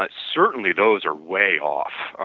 but certainly those are way off.